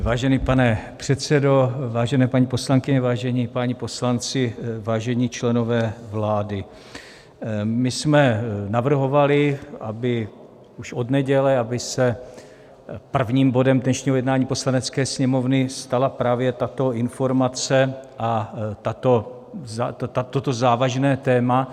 Vážený pane předsedo, vážené paní poslankyně, vážení páni poslanci, vážení členové vlády, my jsme navrhovali už od neděle, aby se prvním bodem dnešního jednání Poslanecké sněmovny stala právě tato informace a toto závažné téma.